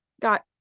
got